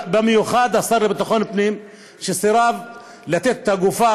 במיוחד השר לביטחון פנים שסירב לתת את הגופה,